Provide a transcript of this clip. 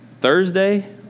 Thursday